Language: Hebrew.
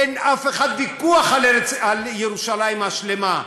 אין לאף אחד ויכוח על ירושלים השלמה,